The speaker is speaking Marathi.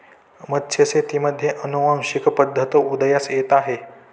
मत्स्यशेतीमध्ये अनुवांशिक पद्धत उदयास येत आहे